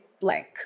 blank